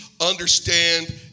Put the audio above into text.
understand